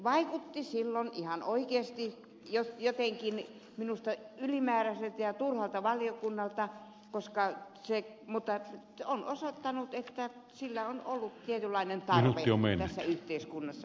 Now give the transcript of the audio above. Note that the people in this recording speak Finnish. se vaikutti silloin ihan oikeasti jotenkin minusta ylimääräiseltä ja turhalta valiokunnalta mutta on osoittautunut että sillä on ollut tietynlainen tarve tässä yhteiskunnassa